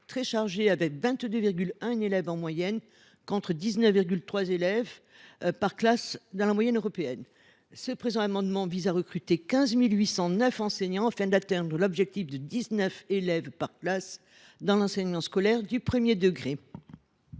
plus chargées, avec 22,1 élèves en moyenne par classe, contre 19,3 élèves pour la moyenne européenne. Cet amendement vise à recruter 15 809 enseignants afin d’atteindre l’objectif de 19 élèves par classe dans l’enseignement scolaire public du premier degré.